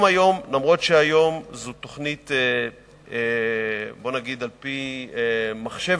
אף-על-פי שהיום זו תוכנית בוא נגיד על-פי מחשב,